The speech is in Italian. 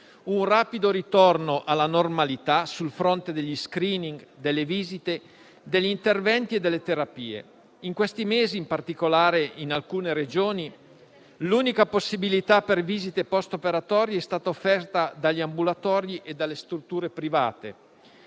un rapido ritorno alla normalità sul fronte degli *screening*, delle visite, degli interventi e delle terapie. In questi mesi, in particolare in alcune Regioni, l'unica possibilità per visite post-operatorie è stata offerta dagli ambulatori e dalle strutture private